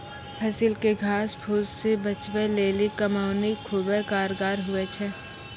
फसिल के घास फुस से बचबै लेली कमौनी खुबै कारगर हुवै छै